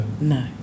no